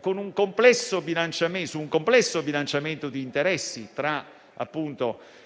su un complesso bilanciamento di interessi tra